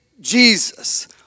jesus